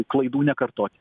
klaidų nekartot